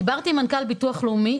דיברתי עם מנכ"ל ביטוח לאומי,